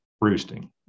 roosting